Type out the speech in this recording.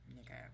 Okay